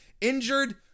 injured